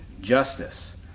Justice